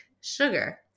sugar